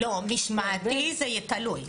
לא, משמעתי זה תלוי.